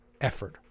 effort